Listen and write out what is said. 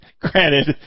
Granted